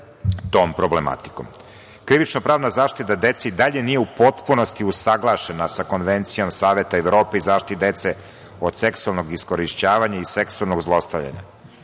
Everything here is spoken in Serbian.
tom problematikom. Krivično–pravna zaštita dece i dalje nije u potpunosti usaglašena sa Konvencijom Saveta Evrope i zaštite dece od seksualnog iskorišćavanja i seksualnog zlostavljanja.